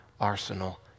arsenal